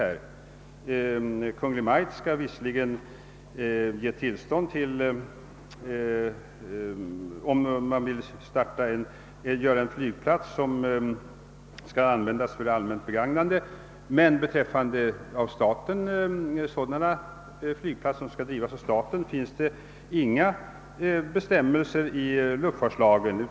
Visserligen skall Kungl. Maj:t ge sitt tillstånd vid uppförande av flygplats för allmänt begagnande, men beträffande flygplatser som skall drivas av staten finns inga bestämmelser i luftfartslagen.